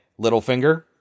Littlefinger